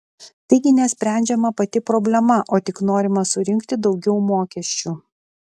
taigi nesprendžiama pati problema o tik norima surinkti daugiau mokesčių